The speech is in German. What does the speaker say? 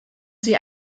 sie